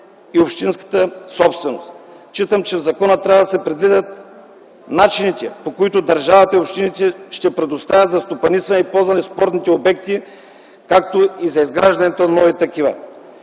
и общинската собственост. Считам, че в закона трябва да се предвидят начините, по които държавата и общините ще предоставят за стопанисване и ползване на спортните обекти, както и за изграждането на нови.